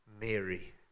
Mary